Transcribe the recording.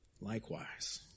likewise